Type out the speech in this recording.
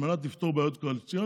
על מנת לפתור בעיות קואליציוניות.